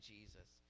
Jesus